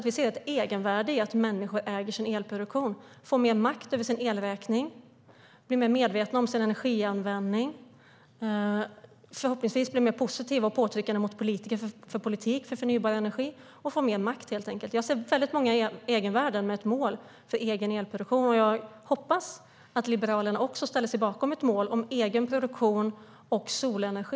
Vi ser ett egenvärde i att människor som äger sin elproduktion får mer makt över sin elräkning, blir mer medvetna om sin energianvändning och förhoppningsvis blir mer positiva och påtryckande mot politiker när det gäller politik för förnybar energi - att de får mer makt helt enkelt. Jag ser många egenvärden med ett mål för egen elproduktion, och jag hoppas att också Liberalerna ställer sig bakom ett mål om egen produktion och solenergi.